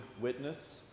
witness